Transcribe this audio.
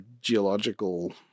geological